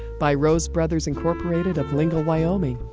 by rose brothers, incorporated, of lingle, wyoming.